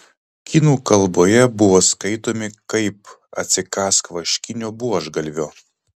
kinų kalboje buvo skaitomi kaip atsikąsk vaškinio buožgalvio